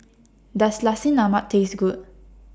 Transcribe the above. Does Nasi Lemak Taste Good